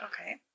Okay